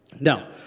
Now